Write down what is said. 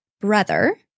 brother